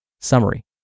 Summary